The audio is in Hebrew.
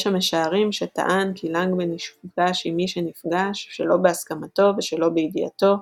יש המשערים שטען כי לנגבן נפגש עם מי שנפגש שלא בהסכמתו ושלא בידיעתו,